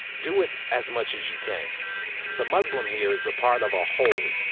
do it as much as you can the muslim here is a part of a whole.